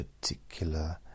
particular